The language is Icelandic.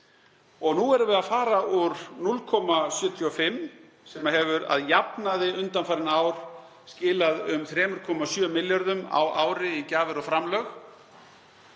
Og nú erum við að fara úr 0,75%, sem hefur að jafnaði undanfarin ár skilað um 3,7 milljörðum á ári í gjafir og framlög,